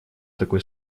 такой